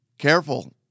careful